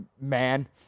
man